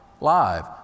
live